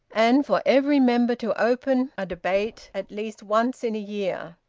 and for every member to open a debate at least once in a year.